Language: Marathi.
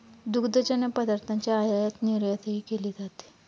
दुग्धजन्य पदार्थांची आयातनिर्यातही केली जाते